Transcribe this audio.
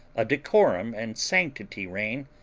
a decorum and sanctity reign,